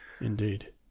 Indeed